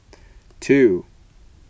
two